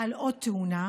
על עוד תאונה,